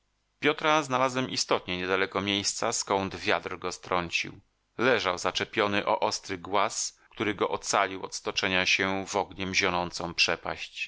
piotra znalazłem istotnie niedaleko miejsca skąd wiatr go strącił leżał zaczepiony o ostry głaz który go ocalił od stoczenia się w ogniem zionącą przepaść